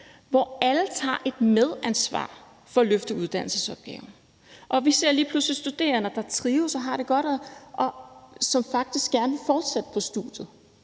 hvor alle tager et medansvar for at løfte uddannelsesopgaven. Vi ser lige pludselig studerende, der trives og har det godt, som faktisk gerne vil fortsætte på studiet,